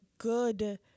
good